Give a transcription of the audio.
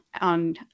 on